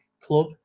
club